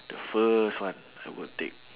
the first one I would take